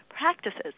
practices